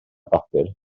bapur